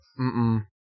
mm-mm